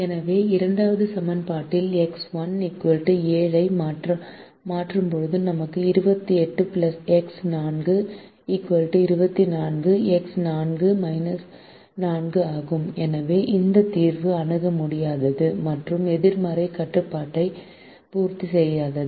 எனவே இரண்டாவது சமன்பாட்டில் எக்ஸ் 1 7 ஐ மாற்றும்போது நமக்கு 28 எக்ஸ் 4 24 எக்ஸ் 4 4 ஆகும் எனவே இந்த தீர்வு அணுக முடியாதது மற்றும் எதிர்மறை கட்டுப்பாட்டை பூர்த்தி செய்யாது